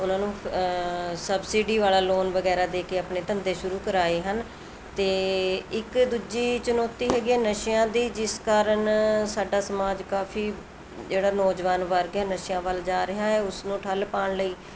ਉਨ੍ਹਾਂ ਨੂੰ ਸਬਸਿਡੀ ਵਾਲਾ ਲੋਨ ਵਗੈਰਾ ਦੇ ਕੇ ਆਪਣੇ ਧੰਦੇ ਸ਼ੁਰੂ ਕਰਾਏ ਹਨ ਅਤੇ ਇੱਕ ਦੂਜੀ ਚੁਣੌਤੀ ਹੈਗੀ ਹੈ ਨਸ਼ਿਆਂ ਦੀ ਜਿਸ ਕਾਰਨ ਸਾਡਾ ਸਮਾਜ ਕਾਫੀ ਜਿਹੜਾ ਨੌਜਵਾਨ ਵਰਗ ਹੈ ਨਸ਼ਿਆਂ ਵੱਲ ਜਾ ਰਿਹਾ ਹੈ ਉਸਨੂੰ ਠੱਲ ਪਾਉਣ ਲਈ